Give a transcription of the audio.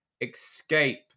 escape